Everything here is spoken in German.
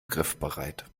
griffbereit